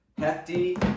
hefty